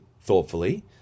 thoughtfully